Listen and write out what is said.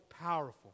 powerful